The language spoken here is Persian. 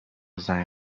زنگ